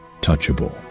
touchable